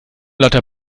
lauter